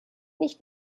nicht